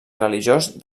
religiós